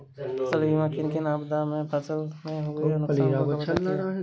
फसल बीमा किन किन आपदा से फसल में हुए नुकसान को कवर करती है